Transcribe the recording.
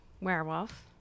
werewolf